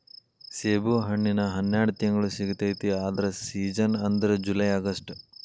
ಸೇಬುಹಣ್ಣಿನ ಹನ್ಯಾಡ ತಿಂಗ್ಳು ಸಿಗತೈತಿ ಆದ್ರ ಸೇಜನ್ ಅಂದ್ರ ಜುಲೈ ಅಗಸ್ಟ